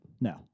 No